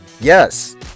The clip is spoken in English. Yes